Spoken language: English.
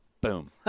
Boom